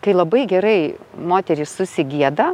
kai labai gerai moterys susigieda